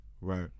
right